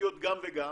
שמשקיעות גם וגם,